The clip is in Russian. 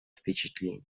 впечатление